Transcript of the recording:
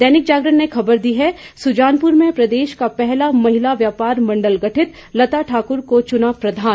दैनिक जागरण ने खबर दी है सुजानपुर में प्रदेश का पहला महिला व्यापार मंडल गठित लता ठाकुर को चुना प्रधान